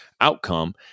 outcome